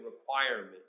requirement